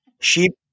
Sheep